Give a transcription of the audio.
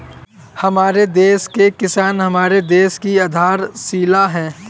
हमारे देश के किसान हमारे देश की आधारशिला है